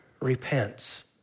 repents